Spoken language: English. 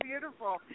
beautiful